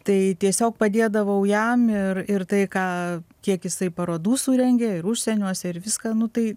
tai tiesiog padėdavau jam ir ir tai ką kiek jisai parodų surengė ir užsieniuose ir viską nu tai